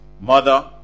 mother